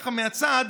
ככה מהצד,